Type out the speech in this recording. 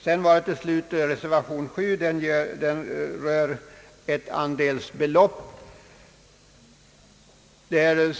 Reservation 7 tar upp frågan om det s.k. andelsbeloppet, där